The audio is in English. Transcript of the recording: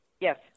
Yes